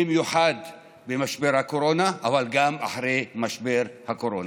במיוחד במשבר הקורונה, אבל גם אחרי משבר הקורונה.